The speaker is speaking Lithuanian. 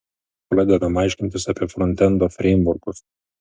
pradedam aiškintis apie frontendo freimvorkus